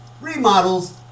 remodels